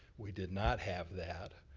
we did not have that.